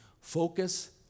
focus